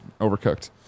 overcooked